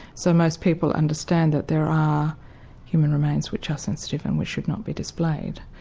so most people understand that there are human remains which are sensitive and which should not be displayed,